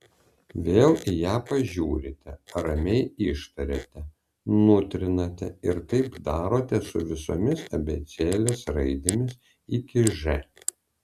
vėl į ją pažiūrite ramiai ištariate nutrinate ir taip darote su visomis abėcėlės raidėmis iki ž